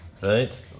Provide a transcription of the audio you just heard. Right